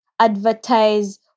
advertise